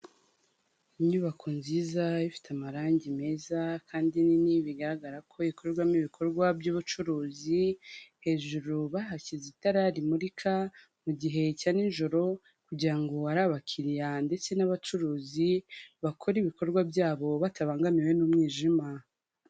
Inyubako nziza ifite amarangi meza kandi nini bigaragara ko ikorwamo ibikorwa by'ubucuruzi, hejuru bahashyize itara rimurika, mu gihe cya nijoro kugira ngo ari abakiriya ndetse n'abacuruzi bakora ibikorwa byabo batabangamiwe n'umwijima.